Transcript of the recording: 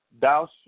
thou